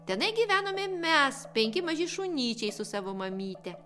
tenai gyvenome mes penki maži šunyčiai su savo mamyte